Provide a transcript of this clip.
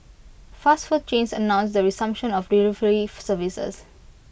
fast food chains announced the resumption of delivery services